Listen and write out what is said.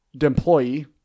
employee